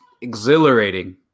exhilarating